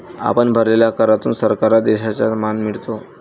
आपण भरलेल्या करातून सरकारला देशाचा मान मिळतो